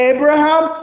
Abraham